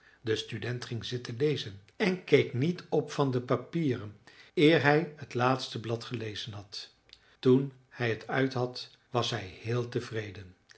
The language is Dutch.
de student ging zitten lezen en keek niet op van de papieren eer hij het laatste blad gelezen had toen hij het uit had was hij heel tevreden